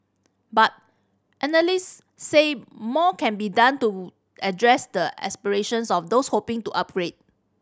but analysts said more can be done to address the aspirations of those hoping to upgrade